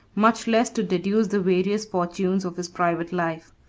much less to deduce the various fortunes of his private life.